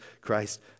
christ